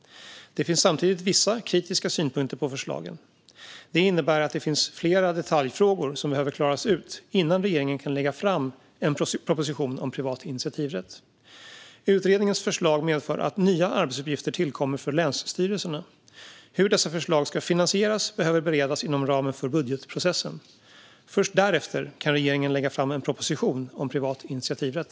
Det finns samtidigt vissa kritiska synpunkter på förslagen. Det innebär att det finns flera detaljfrågor som behöver klaras ut innan regeringen kan lägga fram en proposition om privat initiativrätt. Utredningens förslag medför att nya arbetsuppgifter tillkommer för länsstyrelserna. Hur dessa förslag ska finansieras behöver beredas inom ramen för budgetprocessen. Först därefter kan regeringen lägga fram en proposition om privat initiativrätt.